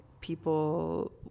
people